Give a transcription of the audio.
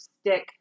stick